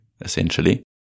essentially